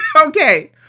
Okay